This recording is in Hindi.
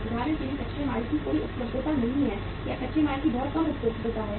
उदाहरण के लिए कच्चे माल की कोई उपलब्धता नहीं है या कच्चे माल की बहुत कम उपलब्धता है